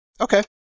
okay